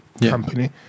company